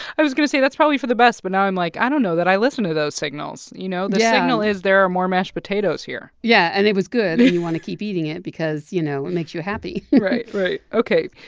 i was going to say, that's probably for the best. but now i'm like, i don't know that i listen to those signals, you know? yeah the yeah signal is, there are more mashed potatoes here yeah, and it was good, and you want to keep eating it because, you know, it makes you happy right, right. ok.